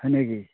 হয় নেকি